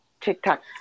TikTok